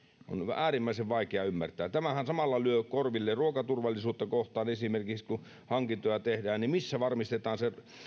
äärimmäisen vaikea ymmärtää tämähän lyö samalla korville ruokaturvallisuutta esimerkiksi kun hankintoja tehdään niin missä varmistetaan